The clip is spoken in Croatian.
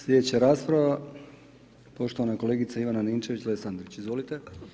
Slijedeća rasprava poštovana kolegica Ivana Ninčević-Lesandrić, izvolite.